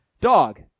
Dog